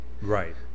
Right